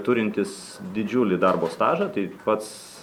turintys didžiulį darbo stažą tai pats